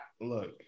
look